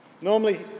Normally